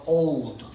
old